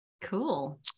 Cool